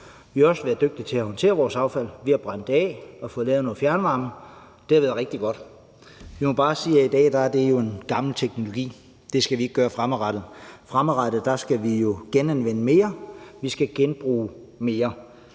Vi har også været dygtige til at håndtere vores affald. Vi har brændt det af og fået lavet noget fjernvarme. Det har været rigtig godt, men vi må bare sige, at i dag er det jo en gammel teknologi. Det skal vi ikke gøre fremadrettet. Fremadrettet skal vi jo genanvende mere, vi skal genbruge mere.